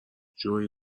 جوئی